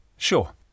Sure